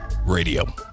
Radio